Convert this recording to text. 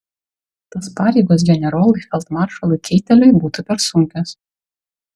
tos pareigos generolui feldmaršalui keiteliui būtų per sunkios